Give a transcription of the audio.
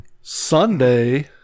Sunday